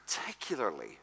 particularly